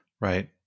Right